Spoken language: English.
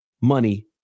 money